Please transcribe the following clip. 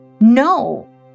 no